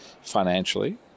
financially